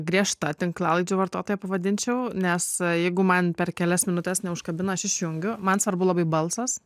griežta tinklalaidžių vartotoja pavadinčiau nes jeigu man per kelias minutes neužkabina aš išjungiu man svarbu labai balsas